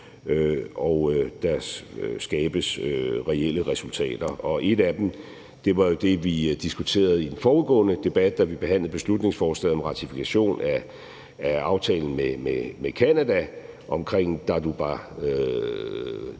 at der skabes reelle resultater, og et af dem var jo også det, som vi diskuterede i den forudgående debat, da vi behandlede beslutningsforslaget om en ratifikation af aftalen med Canada omkring Tartupaluk